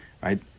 Right